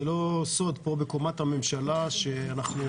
זה לא סוד פה בקומת הממשלה שאנחנו